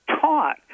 taught